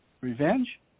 Revenge